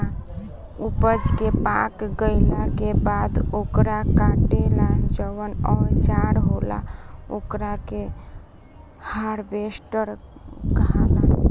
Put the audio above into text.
ऊपज के पाक गईला के बाद ओकरा काटे ला जवन औजार होला ओकरा के हार्वेस्टर कहाला